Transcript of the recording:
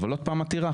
אבל עוד פעם עתירה?